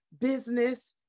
business